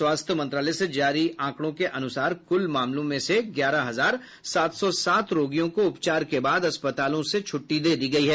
स्वास्थ्य मंत्रालय से जारी आंकड़ों के अनुसार कुल मामलों में से ग्यारह हजार सात सौ सात रोगियों को उपचार के बाद अस्पतालों से छुट्टी दे दी गई हैं